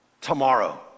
tomorrow